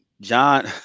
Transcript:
John